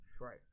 Right